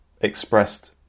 expressed